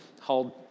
hold